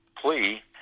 plea